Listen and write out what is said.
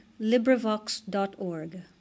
LibriVox.org